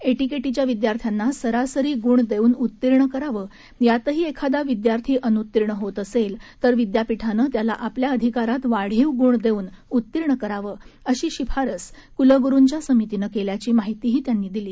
एटीकेटीच्या विद्यार्थ्यांना सरासरी गुण देऊन उत्तीर्ण करावं यातही एखादा विद्यार्थी अनुत्तीर्ण होत असेल तर विद्यापीठानं त्याला आपल्या अधिकारात वाढीव गुण देऊन उत्तीर्ण करावं अशी शिफारस कुलगुरूच्या समितीनं केल्याची माहितीही त्यांना दिली